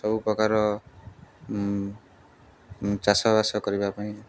ସବୁ ପ୍ରକାର ଚାଷବାସ କରିବା ପାଇଁ